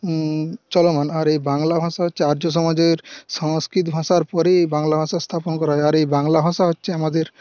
চলমান আর এই বাংলা ভাষা হচ্ছে আর্য সমাজের সংস্কৃত ভাষার পরেই এই বাংলা ভাষা স্থাপন করা হয়েছে আর এই বাংলা ভাষা হচ্ছে আমাদের